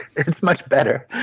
it's much better.